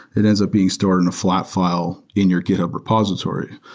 it ends up being stored in a flat file in your github repository.